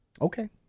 Okay